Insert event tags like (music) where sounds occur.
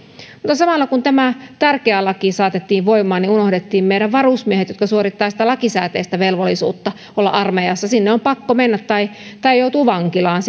mutta samalla kun tämä tärkeä laki saatettiin voimaan unohdettiin meidän varusmiehet jotka suorittavat lakisääteistä velvollisuutta olla armeijassa sinne on pakko mennä tai tai joutuu vankilaan (unintelligible)